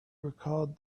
recalled